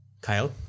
Kyle